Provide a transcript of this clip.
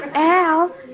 Al